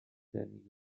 than